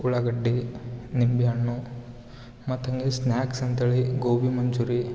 ಉಳ್ಳಾಗಡ್ಡಿ ನಿಂಬೆ ಹಣ್ಣು ಮತ್ತು ಹಂಗೆ ಸ್ನ್ಯಾಕ್ಸ್ ಅಂತೇಳಿ ಗೋಬಿ ಮಂಚೂರಿ